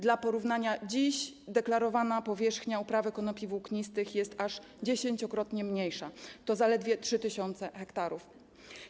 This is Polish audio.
Dla porównania dziś deklarowana powierzchnia upraw konopi włóknistych jest aż dziesięciokrotnie mniejsza i wynosi zaledwie 3 tys. ha.